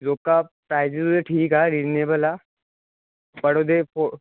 ਰੋਕਾ ਪ੍ਰਾਈਜ਼ ਲਈ ਵੀ ਠੀਕ ਆ ਰੀਜਨੇਬਲ ਆ ਪਰ ਉਹਦੇ ਕੋਲ